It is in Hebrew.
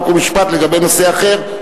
חוק ומשפט לגבי נושא אחר.